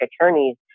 Attorneys